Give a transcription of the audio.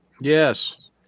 Yes